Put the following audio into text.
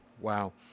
Wow